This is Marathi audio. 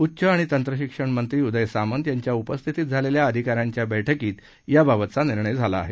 उच्च आणि तंत्रशिक्षणमंत्री उदय सामंत यांच्या उपस्थितीत झालेल्या अधिकाऱ्यांच्या बैठकीत याबाबतचा निर्णय झाला आहे